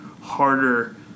harder